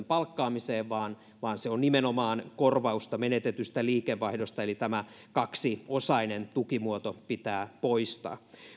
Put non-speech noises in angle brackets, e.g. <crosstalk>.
<unintelligible> palkkaamiseen vaan vaan se on nimenomaan korvausta menetetystä liikevaihdosta eli tämä kaksiosainen tukimuoto pitää poistaa